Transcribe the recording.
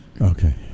okay